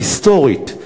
היסטורית,